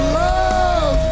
love